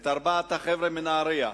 את ארבעת החבר'ה מנהרייה.